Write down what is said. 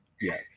Yes